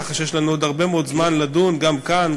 ככה שיש לנו עוד הרבה מאוד זמן לדון גם כאן,